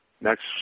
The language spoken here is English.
next